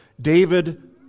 David